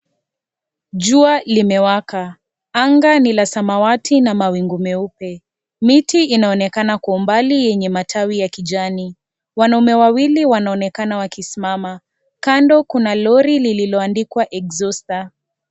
Jua limewaka. Anga ni la samawati na mawingi meupe. Miti inaonekana kwa umbali yenye matawi ya kijani .Wanaume wawili wanaonekana wakisimama. Kando kuna (cs)lorry(cs) lililoandikwa (cs)exhauster(cs).